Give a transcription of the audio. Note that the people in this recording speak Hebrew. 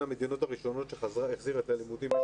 המדינות הראשונות שהחזירה את הלימודים.